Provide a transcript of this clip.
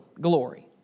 glory